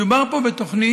מדובר פה בתוכנית